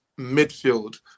midfield